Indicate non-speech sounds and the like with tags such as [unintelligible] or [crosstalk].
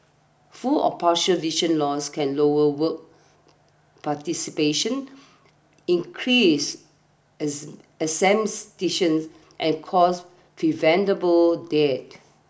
full or partial vision loss can lower work participation increase [unintelligible] absenteeism and cause preventable deaths